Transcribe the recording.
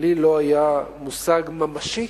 לי לא היה מושג ממשי